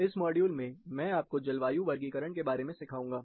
इस मॉड्यूल में मैं आपको जलवायु वर्गीकरण के बारे में सिखाऊंगा